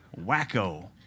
Wacko